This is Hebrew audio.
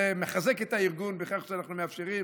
זה מחזק את הארגון בכך שאנחנו מאפשרים